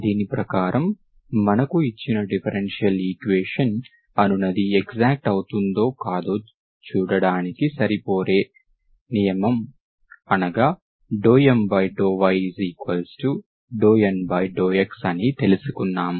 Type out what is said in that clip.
దీని ప్రకారం మనకు ఇచ్చిన డిఫరెన్షియల్ ఈక్వేషన్ అనునది ఎక్సాక్ట్ అవుతుందో కాదో చూడడానికి సరిపోయే నియమo అనగా ∂M∂y∂N∂x అని తెలుసుకున్నాము